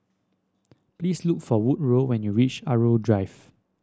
please look for Woodroe when you reach Irau Drive